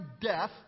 death